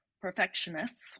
perfectionists